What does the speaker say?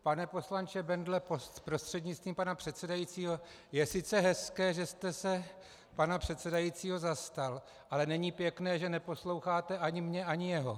Pane poslanče Bendle prostřednictvím pana předsedajícího, je sice hezké, že jste se pana předsedajícího zastal, ale není pěkné, že neposloucháte ani mě, ani jeho.